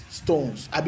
stones